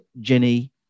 Jenny